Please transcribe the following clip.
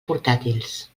portàtils